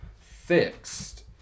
fixed